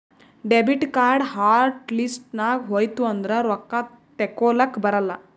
debit card hot list ನಾಗ್ ಹೋಯ್ತು ಅಂದುರ್ ರೊಕ್ಕಾ ತೇಕೊಲಕ್ ಬರಲ್ಲ